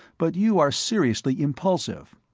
but you are seriously impulsive.